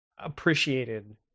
appreciated